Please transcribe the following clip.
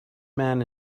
man